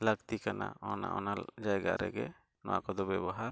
ᱞᱟᱹᱠᱛᱤ ᱠᱟᱱᱟ ᱚᱱᱟᱼᱚᱱᱟ ᱡᱟᱭᱜᱟ ᱨᱮᱜᱮ ᱱᱚᱣᱟ ᱠᱚᱫᱚ ᱵᱮᱵᱚᱦᱟᱨ